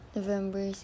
November